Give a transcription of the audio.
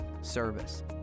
service